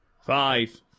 Five